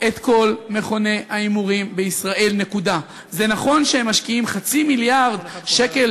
קזינו בישראל, נקודה, טוטו,